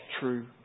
true